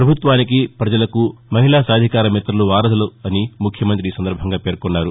ప్రభుత్వానికి పజలకు మహిళా సాధికార మిత్రలు వారధులని ముఖ్యమంత్రి అన్నారు